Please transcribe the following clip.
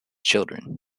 children